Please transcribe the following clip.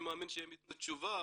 אני מאמין שהם יתנו תשובה,